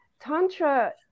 Tantra